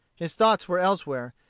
his thoughts were elsewhere,